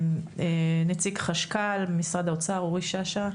נציג חשכ"ל, משרד האוצר, אורי שאשא.